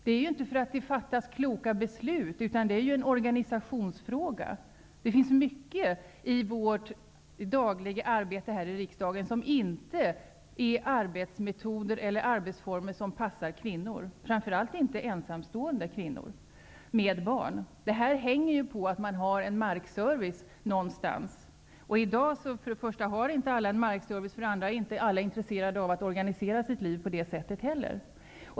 Vi gör det inte för att det då fattas kloka beslut, utan det är en organisationsfråga. Arbetsmetoderna och arbetsformerna här i riksdagen passar inte för kvinnor, framför allt inte ensamstående kvinnor med barn. Detta arbete bygger på att man har en markservice. För det första har inte alla en markservice i dag, och för det andra är inte alla intresserade av att organisera sina liv på det sättet.